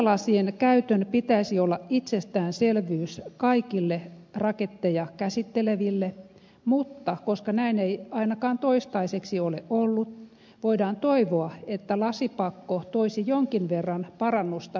suojalasien käytön pitäisi olla itsestäänselvyys kaikille raketteja käsitteleville mutta koska näin ei ainakaan toistaiseksi ole ollut voidaan toivoa että lasipakko toisi jonkin verran parannusta nykytilaan